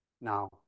now